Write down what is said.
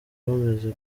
bameze